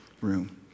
room